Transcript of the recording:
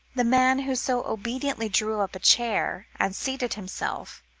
the man who so obediently drew up a chair, and seated himself,